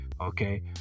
okay